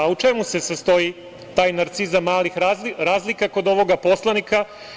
U čemu se sastoji taj „narcizam malih razlika“ kod ovoga poslanika?